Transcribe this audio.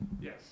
Yes